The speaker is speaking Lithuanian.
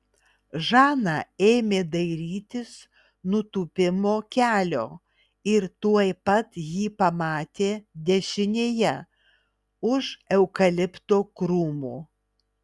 žana ėmė dairytis nutūpimo kelio ir tuoj pat jį pamatė dešinėje už eukalipto krūmų